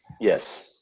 Yes